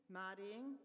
marrying